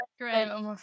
great